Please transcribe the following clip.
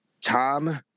Tom